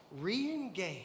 re-engage